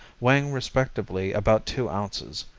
weighing respectively about two ounces,